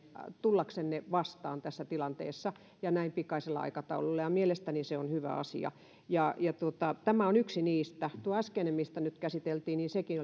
tullaksenne vastaan tässä tilanteessa ja näin pikaisella aikataululla mielestäni se on hyvä asia ja tämä on yksi niistä tuo äskeinen mitä käsiteltiin oli sekin